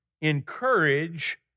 encourage